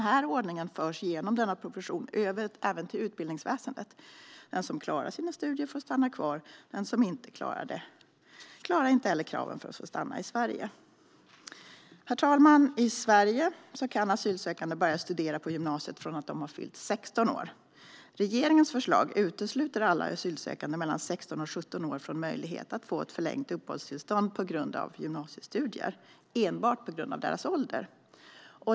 Denna ordning förs genom denna proposition över även till utbildningsväsendet. Den som klarar sina studier får stanna kvar. Den som inte klarar sina studier klarar inte heller kraven för att få stanna i Sverige. Herr talman! I Sverige kan asylsökande börja studera på gymnasiet från att de har fyllt 16 år. Regeringens förslag utesluter alla asylsökande mellan 16 och 17 år från möjligheten till ett förlängt uppehållstillstånd på grund av gymnasiestudier enbart på grund av deras ålder.